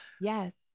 yes